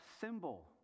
symbol